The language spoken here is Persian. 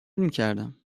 میکردم